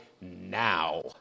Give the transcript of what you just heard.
now